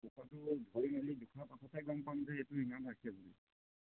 ওখটো জোকাৰি মেলি জোখাৰ পাছতহে গম পাম যে সেইটো ইমান হৈছে বুলি